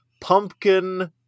pumpkin